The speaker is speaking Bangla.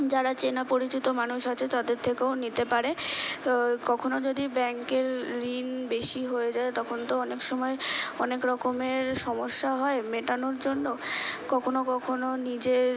যারা চেনা পরিচিত মানুষ আছে তাদের থেকেও নিতে পারে কখনো যদি ব্যাংকের ঋণ বেশি হয়ে যায় তখন তো অনেক সমায় অনেক রকমের সমস্যা হয় মেটানোর জন্য কখনো কখনো নিজের